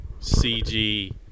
CG